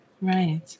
Right